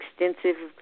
extensive